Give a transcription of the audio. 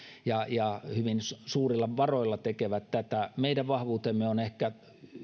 ja ja hyvin suurilla varoilla tekevät tätä meidän vahvuutemme oovat ehkä